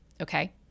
Okay